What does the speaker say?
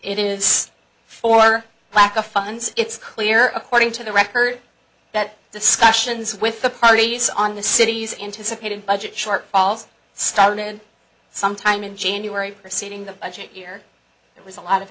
it is for lack of funds it's clear according to the record that discussions with the parties on the city's anticipated budget shortfalls started sometime in january preceeding the budget year it was a lot of